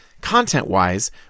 Content-wise